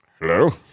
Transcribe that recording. Hello